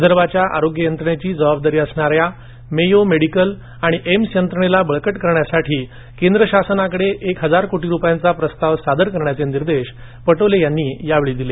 विदर्भाच्या आरोग्य यंत्रणेची जबाबदारी असणाऱ्या मेयो मेडिकल आणि एम्स यंत्रणेला बळकट करण्यासाठी केंद्र शासनाकडे एक हजार कोटी रुपयांचा प्रस्ताव सादर करण्याचे निर्देश पटोले यांनी यावेळी दिले